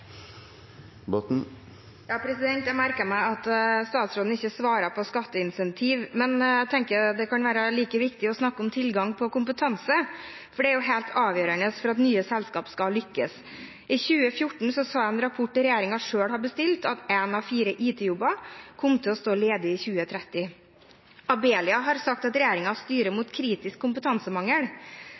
Jeg merket meg at statsråden ikke svarte når det gjaldt skatteincentiv, men jeg tenker det kan være like viktig å snakke om tilgang på kompetanse, for det er helt avgjørende for at nye selskap skal lykkes. I 2014 sa en rapport som regjeringen selv hadde bestilt, at én av fire IT-jobber kom til å stå ledig i 2030. Abelia har sagt at regjeringen styrer mot kritisk kompetansemangel.